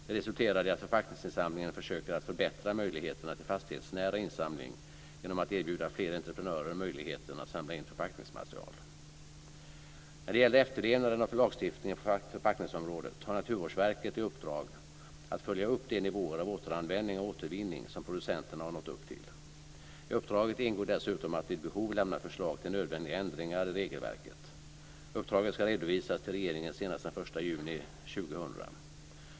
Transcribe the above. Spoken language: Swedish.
Det resulterade i att Förpackningsinsamlingen försöker att förbättra möjligheterna till fastighetsnära insamling genom att erbjuda fler entreprenörer möjligheten att samla in förpackningsmaterial. När det gäller efterlevnaden av lagstiftningen på förpackningsområdet har Naturvårdsverket i uppdrag att följa upp de nivåer av återanvändning och återvinning som producenterna har nått upp till. I uppdraget ingår dessutom att vid behov lämna förslag till nödvändiga ändringar i regelverket. Uppdraget ska redovisas till regeringen senast den 1 juni 2000.